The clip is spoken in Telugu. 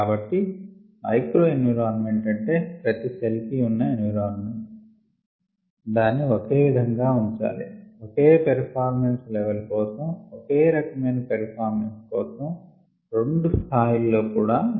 కాబట్టి మైక్రో ఎన్విరాన్మేంట్ అంటే ప్రతి సెల్ కి ఉన్న ఎన్విరాన్మెంట్ దాన్ని ఒకే విధంగా ఉంచాలి ఒకే పెర్ఫార్మెన్స్ లెవల్ కోసం ఒకే రకమయిన పెర్ఫార్మెన్స్ కోసం రెండు స్థాయి లలో కూడా